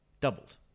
doubled